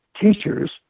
teachers